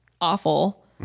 awful